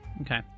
Okay